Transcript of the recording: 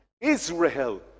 Israel